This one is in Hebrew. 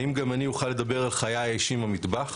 האם גם אני אוכל לדבר על חיי האישיים במטבח?